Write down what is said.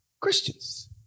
Christians